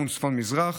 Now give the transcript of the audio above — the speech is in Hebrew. לכיוון צפון-מזרח,